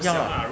要 ah